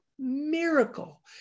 miracle